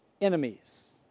enemies